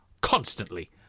constantly